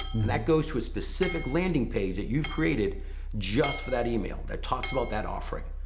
that goes to a specific landing page that you've created just for that email that talks about that offering.